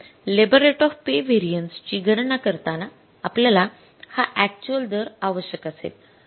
तर labour rate of pay variances ची गणना करताना आपल्याला हा अक्चुअल दर आवश्यक असेल